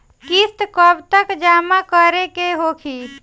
किस्त कब तक जमा करें के होखी?